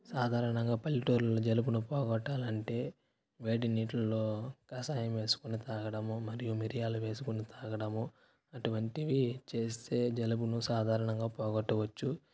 సాధారణంగా పల్లెటూళ్లలో జలుబులు పోగొట్టాలంటే వేడి నీటిల్లో కషాయం వేసుకుని తాగడం మరియు మిరియాలు వేసుకుని తాగడం అటువంటివి చేస్తే జలుబుని సాధారణంగా పోగొట్టవచ్చు